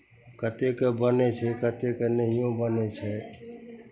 कतेककेँ बनै छै कतेतकेँ नहियो बनै छै